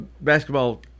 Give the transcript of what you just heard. basketball